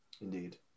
Indeed